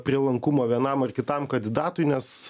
prielankumą vienam ar kitam kandidatui nes